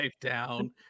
down